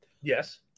yes